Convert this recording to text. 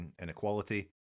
inequality